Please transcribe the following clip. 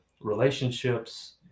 relationships